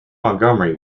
montgomery